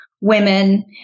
women